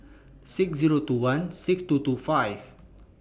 six Zero two one six two two five